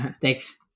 Thanks